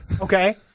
okay